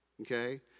okay